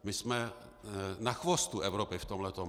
My jsme na chvostu Evropy v tomhletom.